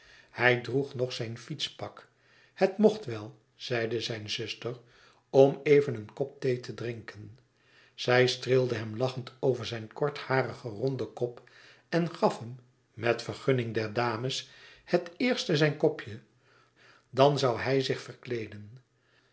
hij droeg nog zijn fietspak het mocht wel zeide zijn zuster om even een kop thee te drinken zij streelde hem lachend over zijn kortharigen ronden kop en gaf hem met vergunning der dames het eerst zijn kopje dan zoû hij zich verkleeden